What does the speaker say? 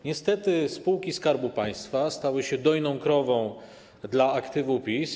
Niestety spółki Skarbu Państwa stały się dojną krową dla aktywu PiS.